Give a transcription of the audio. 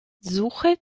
suche